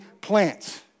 plants